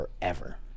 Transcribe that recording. forever